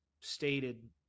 stated